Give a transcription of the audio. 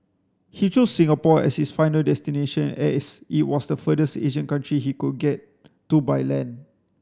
he chose Singapore as his final destination as it was the furthest Asian country he could get to by land